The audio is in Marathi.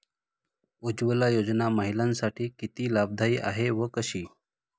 उज्ज्वला योजना महिलांसाठी किती लाभदायी आहे व कशी?